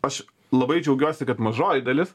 aš labai džiaugiuosi kad mažoji dalis